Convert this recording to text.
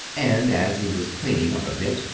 and as he was cleaning up a bit,